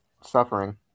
Suffering